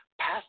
passed